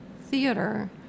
theater